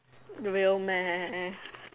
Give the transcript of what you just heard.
real meh